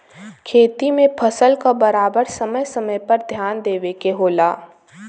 खेती में फसल क बराबर समय समय पर ध्यान देवे के होला